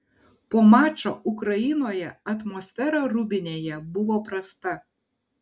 po mačo ukrainoje atmosfera rūbinėje buvo prasta